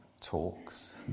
talks